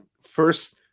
first